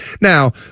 Now